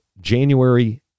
January